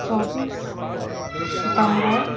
چوبیس ستمبر